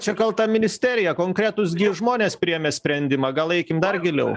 čia kalta ministerija konkretūs žmonės priėmė sprendimą gal eikim dar giliau